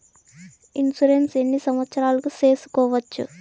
Insurance ఎన్ని సంవత్సరాలకు సేసుకోవచ్చు?